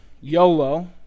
YOLO